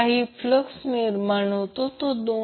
म्हणून मला ते स्पष्ट करू द्या